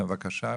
בבקשה.